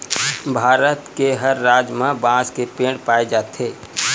भारत के हर राज म बांस के पेड़ पाए जाथे